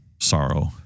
sorrow